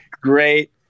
great